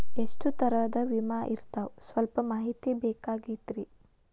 ಎಷ್ಟ ತರಹದ ವಿಮಾ ಇರ್ತಾವ ಸಲ್ಪ ಮಾಹಿತಿ ಬೇಕಾಗಿತ್ರಿ